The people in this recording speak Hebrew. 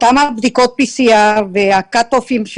אותן בדיקות PCR וערכי ה-cut-off של